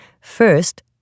First